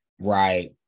right